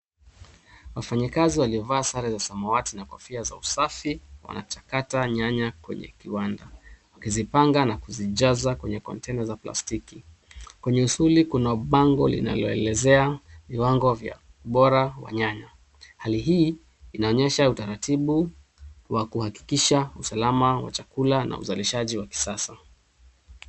Wafanyikazi waliovaa sare za samawati na kofia za usafi wana chakata, nyanya, kwenye kiwanda. Wakizipanga na kuzijaza kwenye kontena za plastiki. Kwenye usuli, kuna bango linaloelezea viwango vya ubora wa nyanya. Hali hii, inaonyesha utaratibu wa kuhakikisha, usalama, wa chakula, na uzalishaji wa kisasa.